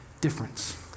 difference